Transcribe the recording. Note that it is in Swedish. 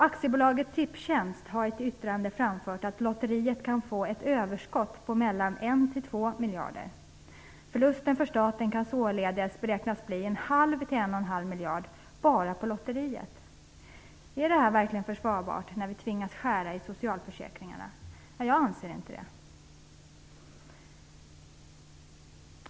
Aktiebolaget Tipstjänst har i ett yttrande framfört att lotteriet kan få ett överskott på 1-2 miljarder. Förlusten för staten kan således beräknas bli 0,5 till 1,5 miljard bara på lotteriet. Är det verkligen försvarbart, när vi tvingas skära i socialförsäkringarna? Jag anser inte det!